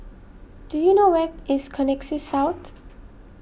do you know where is Connexis South